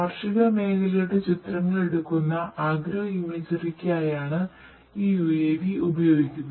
കാർഷിക മേഖലയുടെ ചിത്രങ്ങൾ എടുക്കുന്ന അഗ്രോ ഇമേജറി ക്കായാണ് ഈ UAV ഉപയോഗിക്കുന്നത്